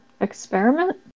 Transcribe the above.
Experiment